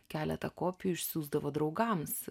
keletą kopijų išsiųsdavo draugams